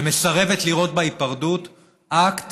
ומסרבת לראות בהיפרדות אקט